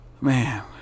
Man